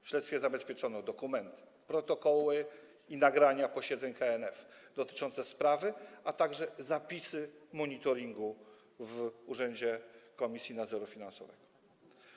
W śledztwie zabezpieczono dokumenty, protokoły i nagrania posiedzeń KNF dotyczące sprawy, a także zapisy monitoringu w Urzędzie Komisji Nadzoru Finansowego.